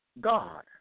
God